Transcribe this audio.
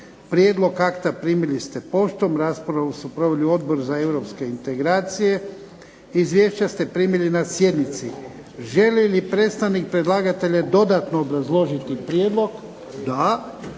Prijedlog akta primili ste poštom. Raspravu su proveli Odbor za europske integracije. Izvješća ste primili na sjednici. Želi li predstavnik predlagatelja dodatno obrazložiti prijedlog? Da.